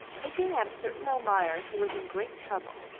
looking at a certain almayer who was in great trouble.